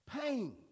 Pain